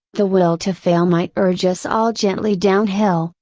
the will to fail might urge us all gently downhill,